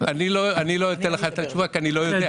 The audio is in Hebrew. אני לא אתן לך את התשובה, כי אני לא יודע.